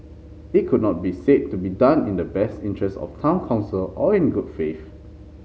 it could not be said to be done in the best interest of the Town Council or in good faith